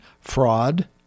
fraud